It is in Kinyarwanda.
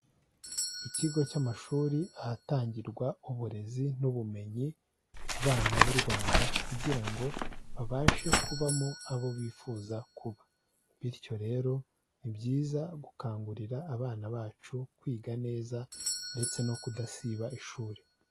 Ikigo cy'amashuri ahatangirwa uburezi n'ubumenyi ku bana b'u Rwanda kugira ngo babashe kubamo abo bifuza kuba, bityo rero ni byiza gukangurira abana bacu kwiga neza ndetse no kudasiba ishuri.